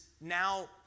now